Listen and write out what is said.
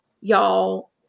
y'all